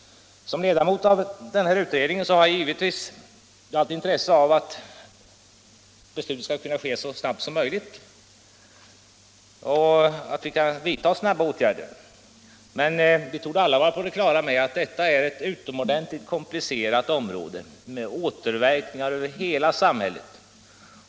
Som ledamot av utredningen har jag givetvis haft intresse av att beslut skall kunna fattas och åtgärder vidtas så snabbt som möjligt. Men vi torde alla vara på det klara med att detta är ett utomordentligt komplicerat område där åtgärder ger återverkningar över hela samhället.